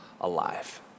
alive